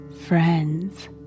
friends